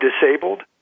disabled